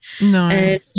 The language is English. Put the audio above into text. No